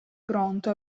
pronto